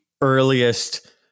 earliest